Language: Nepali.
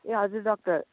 ए हजुर डाक्टर